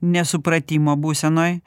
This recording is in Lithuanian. nesupratimo būsenoj